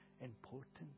important